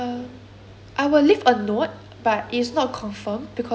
I will leave a note but it's not confirmed because uh